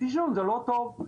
עישון זה לא טוב.